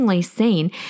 seen